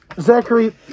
Zachary